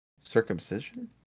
Circumcision